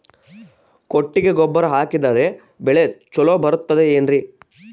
ಕೊಟ್ಟಿಗೆ ಗೊಬ್ಬರ ಹಾಕಿದರೆ ಬೆಳೆ ಚೊಲೊ ಬರುತ್ತದೆ ಏನ್ರಿ?